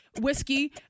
whiskey